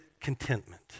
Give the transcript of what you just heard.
contentment